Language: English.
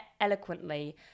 eloquently